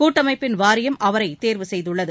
கூட்டமாப்பின் வாரியம் அவரை தேர்வு செய்துள்ளது